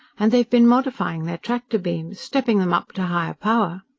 and they've been modifying their tractor beams stepping them up to higher power.